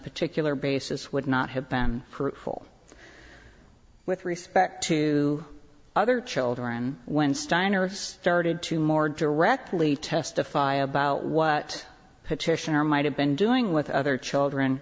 particular basis would not have been fruitful with respect to other children when steiner started to more directly testify about what petitioner might have been doing with other children